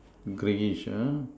Greyish ah